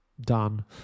done